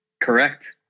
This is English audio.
Correct